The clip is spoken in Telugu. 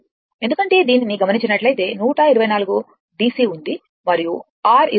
ఎందుకంటేదీనిని గమినించినట్లైతే 124 DC ఉంది మరియు R 20 ఓం